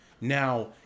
Now